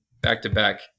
back-to-back